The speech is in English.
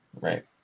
Right